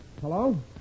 Hello